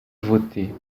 voté